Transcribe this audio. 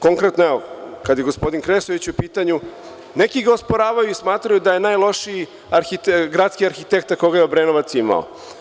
Konkretno, kada je gospodin Kresović u pitanju, neki ga osporavaju, smatraju da je najlošiji gradski arhitekta koga je Obrenovac imao.